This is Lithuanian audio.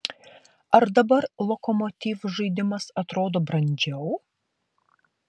ar dabar lokomotiv žaidimas atrodo brandžiau